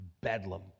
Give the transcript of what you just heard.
bedlam